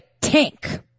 tank